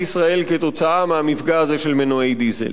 ישראל כתוצאה מהמפגע הזה של מנועי דיזל.